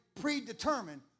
predetermined